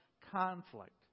conflict